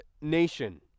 nation